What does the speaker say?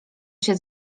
się